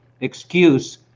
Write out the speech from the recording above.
excuse